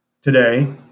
Today